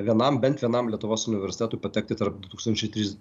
vienam bent vienam lietuvos universitetui patekti tarp du tūkstančia trys